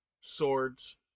swords